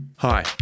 Hi